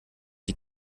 die